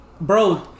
Bro